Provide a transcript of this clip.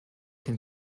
can